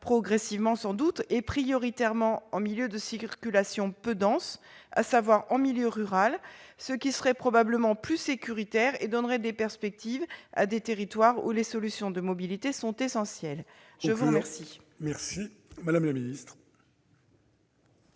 progressivement sans doute, prioritairement en milieu de circulation peu dense, à savoir en milieu rural, ce qui serait probablement plus sécurisant et donnerait des perspectives à des territoires où les solutions de mobilité sont essentielles ? La parole est à Mme la ministre.